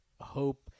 hope